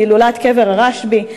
להילולת קבר הרשב"י,